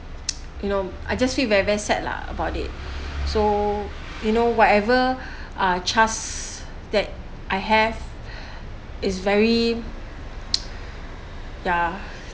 you know I just feel very very sad lah about it so you know whatever uh chance that I have is very yeah